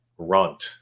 Runt